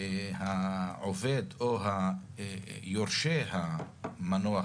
העובד או יורשי המנוח,